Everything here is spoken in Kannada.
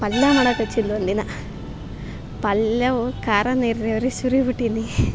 ಪಲ್ಯ ಮಾಡಕ್ಕೆ ಹಚಿದ್ಲು ಒಂದಿನ ಪಲ್ಯವು ಖಾರಾನೊ ಉರಿ ಸುರಿಬಿಟ್ಟೀನಿ